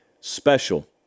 Special